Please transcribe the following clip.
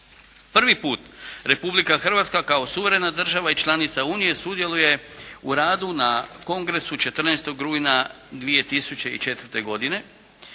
Prvi put Republika Hrvatska kao suverena država i članica Unije sudjeluje u radu na kongresu 14. rujna 2004. godine.